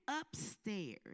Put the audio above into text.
upstairs